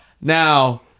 now